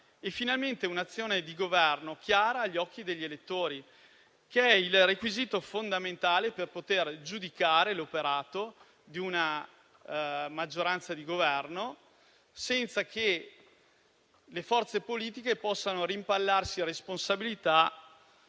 e finalmente un'azione di governo chiara agli occhi degli elettori, che è il requisito fondamentale per poter giudicare l'operato di una maggioranza di Governo, senza che le forze politiche possano rimpallarsi responsabilità